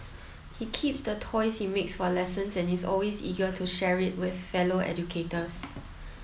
he keeps the toys he makes for lessons and is always eager to share it with fellow educators